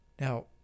Now